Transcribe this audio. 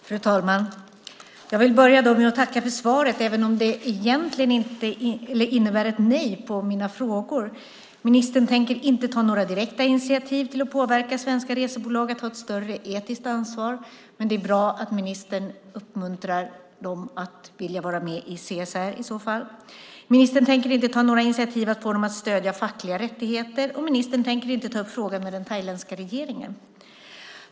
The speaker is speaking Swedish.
Fru talman! Jag vill börja med att tacka för svaret även om det innebär ett nej på mina frågor. Ministern tänker inte ta några direkta initiativ till att påverka svenska resebolag att ta ett större etiskt ansvar, men det är bra att ministern uppmuntrar dem att vilja vara med i CSR. Ministern tänker inte ta några initiativ för att få dem att stödja fackliga rättigheter, och ministern tänker inte ta upp frågan med den thailändska regeringen.